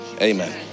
Amen